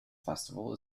festival